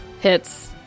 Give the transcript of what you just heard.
hits